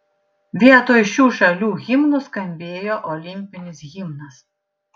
vietoj šių šalių himnų skambėjo olimpinis himnas